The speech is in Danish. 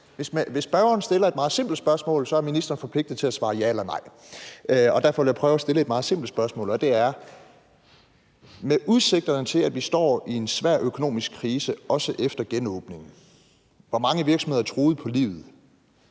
Hvis spørgeren stiller et meget simpelt spørgsmål, er ministeren forpligtet til at svare ja eller nej. Derfor vil jeg prøve at stille et meget simpelt spørgsmål, og det er: Med udsigterne til, at vi står i en svær økonomisk krise, også efter genåbningen, hvor mange virksomheder er truet på livet,